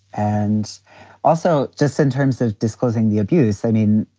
and also just in terms of disclosing the abuse. i mean,